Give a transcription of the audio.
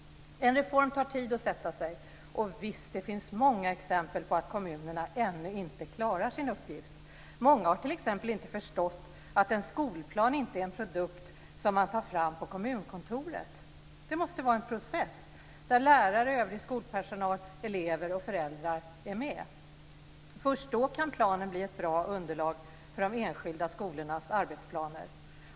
En reform tar tid att sätta sig, och visst finns det många exempel på att kommunerna ännu inte klarar sin uppgift. Många har t.ex. inte förstått att en skolplan inte är en produkt som man tar fram på kommunkontoret. Det måste vara en process där lärare, övrig skolpersonal, elever och föräldrar är med. Först då kan planen bli ett bra underlag för de enskilda skolornas arbetsplaner.